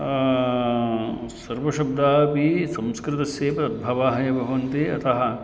सर्वशब्दापि संस्कृतस्यैव उद्भवः एव भवन्ति अतः